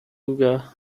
include